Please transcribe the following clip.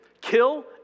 Kill